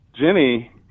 Jenny